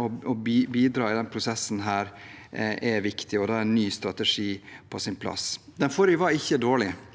og bidra i den prosessen, er viktig. Da er en ny strategi på sin plass. Den forrige strategien var ikke dårlig.